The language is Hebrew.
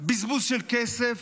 בזבוז של כסף,